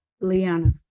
Liana